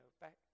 back